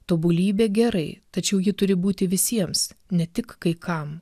tobulybė gerai tačiau ji turi būti visiems ne tik kai kam